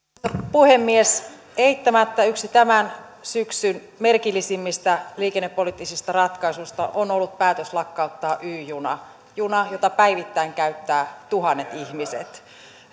puhemies eittämättä yksi tämän syksyn merkillisimmistä liikennepoliittisista ratkaisuista on ollut päätös lakkauttaa y juna juna jota päivittäin käyttävät tuhannet ihmiset